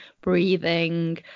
breathing